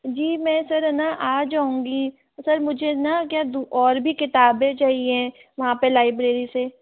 जी मैं सर है न आ जाऊंगी सर मुझे न क्या द और भी किताबें चाहिए वहाँ पर लाइब्रेरी से